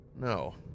no